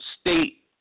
state